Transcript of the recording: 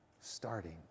starting